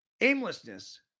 Aimlessness